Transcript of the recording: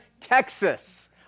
Texas